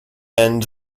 end